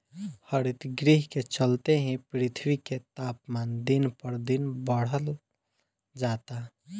हरितगृह के चलते ही पृथ्वी के तापमान दिन पर दिन बढ़ल जाता